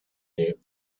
their